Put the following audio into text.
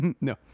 no